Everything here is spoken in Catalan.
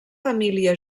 família